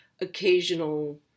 occasional